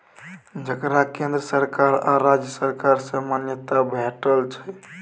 जकरा केंद्र सरकार आ राज्य सरकार सँ मान्यता भेटल छै